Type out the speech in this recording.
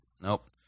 Nope